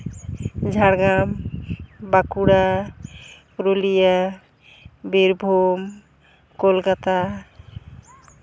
Jhargram Bankura Purulia Birbhum Kolkata